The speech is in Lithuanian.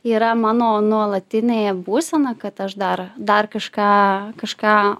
yra mano nuolatinė būsena kad aš dar dar kažką kažką